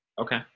Okay